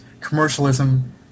commercialism